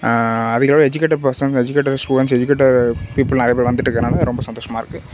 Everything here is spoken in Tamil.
அதிகளவில் educated person educated students educated people நிறைய பேர் வந்துட்டு இருக்கறதுனால் ரொம்ப சந்தோஷமா இருக்குது